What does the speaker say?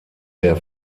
der